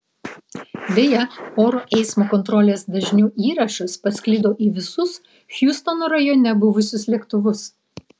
deja oro eismo kontrolės dažniu įrašas pasklido į visus hjustono rajone buvusius lėktuvus